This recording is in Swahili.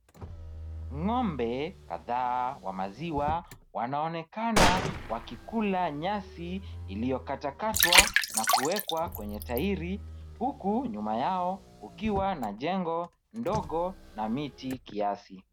Ng'ombe kadhaa wa maziwa, wanaonekana wakikula nyasi iliyokatakatwa na kuwekwa kwenye tairi, huku nyuma yao kukiwa na jengo ndogo na miti kiasi.